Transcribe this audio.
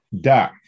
Da